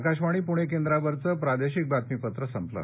आकाशवाणी पुणे केंद्रावरचं प्रादेशिक बातमीपत्र संपलं